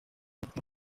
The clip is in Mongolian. сэтгэл